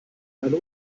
eine